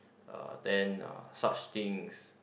uh then uh such things